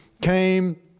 came